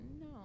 no